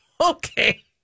Okay